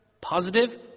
positive